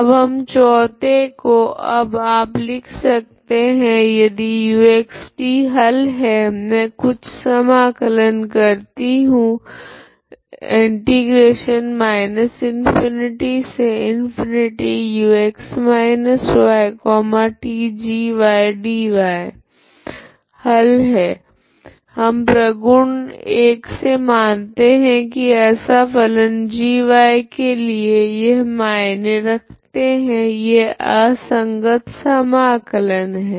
अब हम चोथे को अब आप लिख सकते है यदि uxt हल है मैं कुछ समाकलन करती हूँ हल है हम प्रगुण एक से मानते है की ऐसा फलन g के लिए यह मायने रखते है यह असंगत समाकलन है